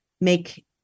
make